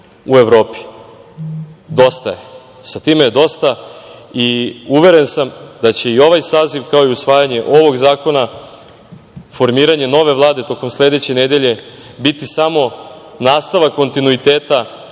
u Evropi. Dosta je, i sa time je dosta. Uveren sam da će i ovaj saziv kao i usvajanje ovog zakona, formiranje nove vlade tokom iduće nedelje, biti samo nastavak kontinuiteta